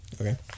Okay